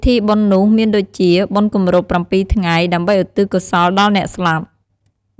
ពិធីបុណ្យនោះមានដូចជា បុណ្យគម្រប់ ៧ ថ្ងៃ ដើម្បីឧទ្ទិសកុសលដល់អ្នកស្លាប់។